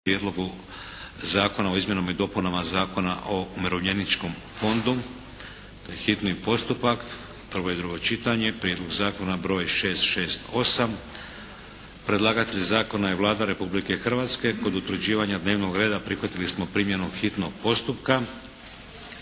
prijedlog Zakona o izmjenama i dopunama Zakona o Umirovljeničkom fondu, hitni postupak, prvo i drugo čitanje, P.B.Z. br. 668 Predlagatelj zakona je Vlada Republike Hrvatske. Kod utvrđivanja dnevnog reda prihvatili smo primjenu hitnog postupka.